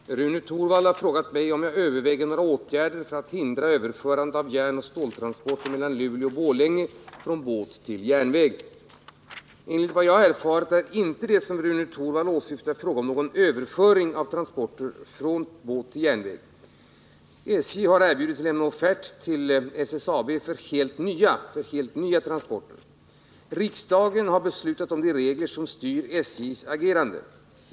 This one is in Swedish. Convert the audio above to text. Herr talman! Rune Torwald har frågat mig om jag överväger några åtgärder för att hindra överförande av järnoch ståltransporter mellan Luleå och Borlänge från båt till järnväg. Enligt vad jag har erfarit är det inte i det fall som Rune Torwald åsyftar fråga om någon överföring av transporter från båt till järnväg. SJ har erbjudits lämna offert till Svenskt Stål AB för helt nya transporter. Riksdagen har beslutat om de regler som styr SJ:s agerande.